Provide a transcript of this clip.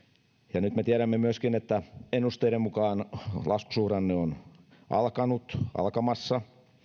ja nyt me tiedämme myöskin että ennusteiden mukaan laskusuhdanne on alkamassa